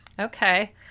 Okay